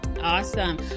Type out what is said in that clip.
Awesome